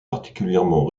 particulièrement